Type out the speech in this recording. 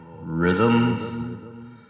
rhythms